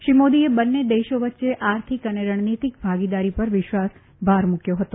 શ્રી મોદીએ બંને દેશો વચ્ચે આર્થિક અને રણનીતિક ભાગીદારી પર ભાર મૂક્યો ફતો